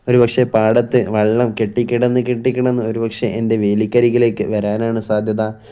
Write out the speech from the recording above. ഒരുപക്ഷെ പാടത്ത് വെള്ളം കെട്ടിക്കിടന്ന് കെട്ടിക്കിടന്ന് ഒരുപക്ഷെ എൻ്റെ വേലിക്ക് അരികിലേക്ക് വരാനാണ് സാധ്യത